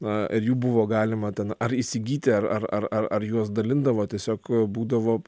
na ir jų buvo galima ten ar įsigyti ar ar ar ar juos dalindavo tiesiog būdavo